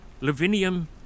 Lavinium